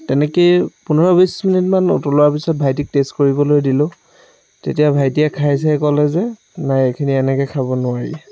তেনেকে পোন্ধৰ বিশ মিনিট মান উতলোৱাৰ পিছত ভাইটিক টেষ্ট কৰিবলৈ দিলোঁ তেতিয়া ভাইটিয়ে খাই চাই ক'লে যে নাই এইখিনি এনেকে খাব নোৱাৰি